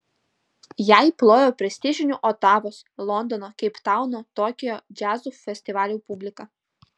jai plojo prestižinių otavos londono keiptauno tokijo džiazo festivalių publika